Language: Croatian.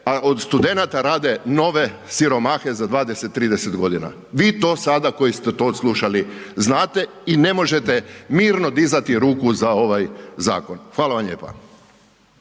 a od studenata rade nove siromahe za 20, 30 godina, vi koji sada koji ste to slušali znate i ne možete mirno dizati ruku za ovaj zakon. Hvala vam lijepa.